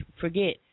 forget